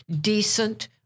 decent